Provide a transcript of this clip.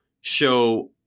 show